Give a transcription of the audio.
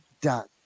done